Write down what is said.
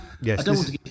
Yes